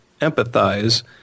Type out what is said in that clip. empathize